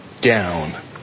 down